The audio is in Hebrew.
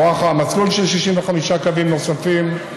הוארך המסלול של 65 קווים נוספים.